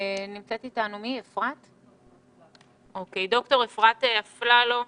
נמצאת איתנו ד"ר אפרת אפללו.